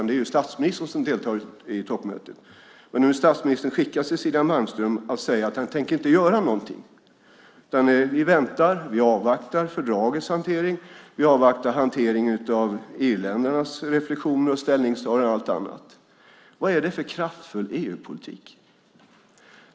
Det är ju statsministern som deltar i toppmötet. Nu har statsministern skickat Cecilia Malmström att säga att han inte tänker göra någonting. Vi ska vänta och avvakta fördragets hantering. Vi ska avvakta hanteringen av irländarnas reflexioner och ställningstaganden och allt annat. Vad är det för kraftfull EU-politik?